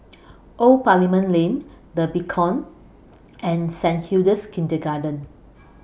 Old Parliament Lane The Beacon and Saint Hilda's Kindergarten